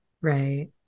Right